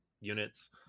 units